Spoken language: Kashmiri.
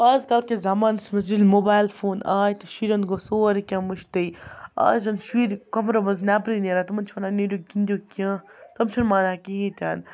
اَزکَل کِس زمانَس منٛز ییٚلہِ موبایل فون آے تہٕ شُرٮ۪ن گوٚو سورُے کینٛہہ مٔشتٕے اَز چھِنہٕ شُرۍ کَمرٕ منٛز نیٚبرٕے نیران تِمَن چھِ وَنان نیٖرِو گِنٛدِو کینٛہہ تِم چھِنہٕ مانان کِہیٖنۍ تہِ نہٕ